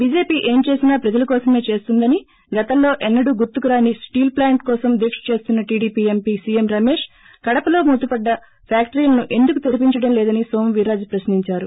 BJP ఏం చేసినా ప్రజల కోసమే చేస్తుందని గతంలో ఎన్నడహ గుర్తుకురాని స్టీల్ప్లాంట్ కోసం దీక చేస్తున్న టీడీపీ ఎంపీ సీఎం రమేష్ కొడపలో మూతపడ్డ ఫ్యాక్లరీలను ఎందుకు తెరిపించలేదని నోము వీర్రాజు ప్రశ్నించారు